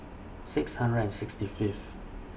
six hundred and sixty Fifth